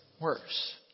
Worse